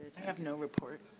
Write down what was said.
have no report.